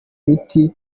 miti